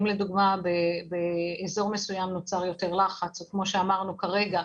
אם לדוגמה באזור מסוים נוצר יותר לחץ או כמו שאמרנו כרגע,